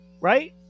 right